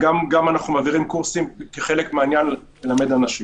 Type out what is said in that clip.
אנחנו גם מעבירים קורסים כדי ללמד אנשים.